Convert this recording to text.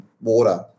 water